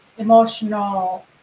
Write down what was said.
emotional